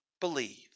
believe